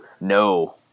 No